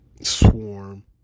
Swarm